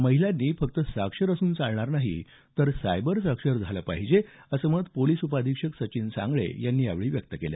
महिलांनी फक्त साक्षर असून चालणार नाही तर सायबर साक्षर झालं पाहीजं असं मत पोलिस उपअधिक्षक सचिन सांगळे यांनी यावेळी व्यक्त केलं